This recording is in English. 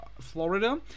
Florida